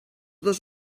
dos